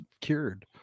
cured